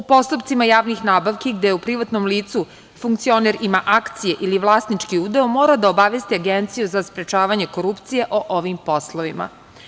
U postupcima javnih nabavki gde u privatnom licu funkcioner ima akcije ili vlasnički udeo mora da obavesti Agenciju za sprečavanje korupcije o ovim poslovima.